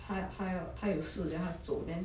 他要他要他有事 then 他走 then